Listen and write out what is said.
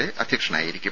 A അധ്യക്ഷനായിരിക്കും